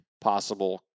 possible